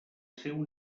seu